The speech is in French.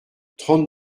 trente